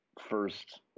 first